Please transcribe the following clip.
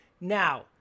Now